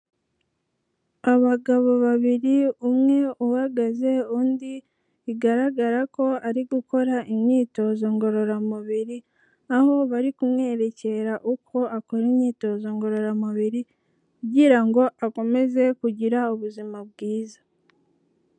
Abagabo babiri umwe uhagaze, undi bigaragara ko ari gukora imyitozo ngororamubiri, aho bari kumwerekera uko akora imyitozo ngororamubiri, kugira ngo akomeze kugira ubuzima bwiza.